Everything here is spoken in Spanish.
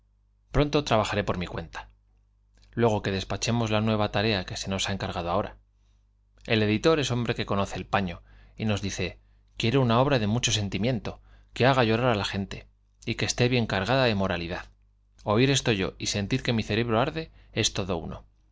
pronto trabajaré por mi cuenta luego que des pachemos la nueva tarea que se nos ha encargado ahora el editor es hombre que conoce el paño y nos dice ce quiero una obra de mucho sentimiento que haga llorar á la gente y que esté bien cargada de mora lidad oir esto yo y sentir que mi cerebro arde es todo uno